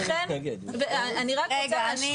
ולכן, אני רק רוצה להשלים.